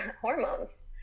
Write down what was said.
hormones